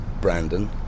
Brandon